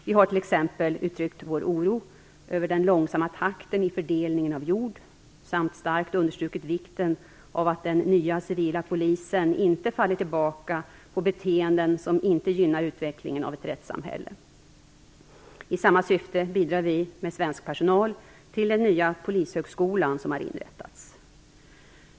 Vi har t.ex. uttryckt vår oro över den långsamma takten i fördelningen av jord samt starkt understrukit vikten av att den nya civila polisen inte faller tillbaka till beteenden som inte gynnar utvecklingen av ett rättssamhälle. I samma syfte bidrar vi med svensk personal till den nya polishögskolan som har inrättats.